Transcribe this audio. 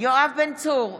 יואב בן צור,